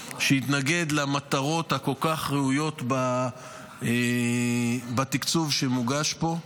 שיתנגד למטרות הכל-כך ראויות בתקציב שמוגש פה.